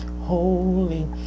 holy